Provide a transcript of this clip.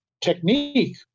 technique